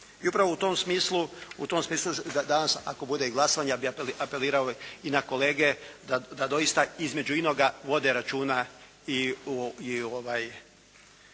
I upravo u tom smislu danas ako bude i glasovanje, ja bih apelirao i na kolege da doista između inoga vode računa i o